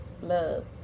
Love